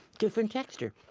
different texture.